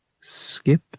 Skip